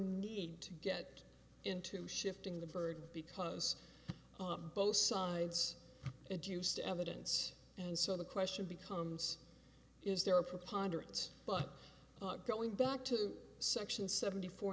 need to get into shifting the burden because of both sides and used evidence and so the question becomes is there a preponderance but going back to section seventy four